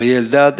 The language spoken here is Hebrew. אריה אלדד,